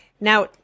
Now